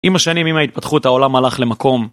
עם השנים, עם ההתפתחות, העולם הלך למקום.